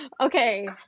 Okay